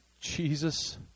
Jesus